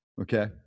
okay